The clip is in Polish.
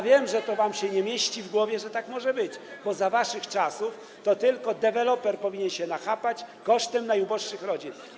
Wiem, że to wam się nie mieści w głowach, że tak może być, bo za waszych czasów to tylko deweloper powinien się nachapać kosztem najuboższych rodzin.